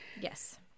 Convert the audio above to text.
Yes